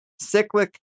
cyclic